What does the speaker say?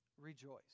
rejoice